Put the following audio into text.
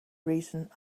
reason